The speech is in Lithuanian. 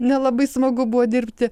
nelabai smagu buvo dirbti